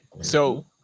So-